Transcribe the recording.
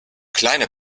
kleine